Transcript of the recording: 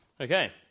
Okay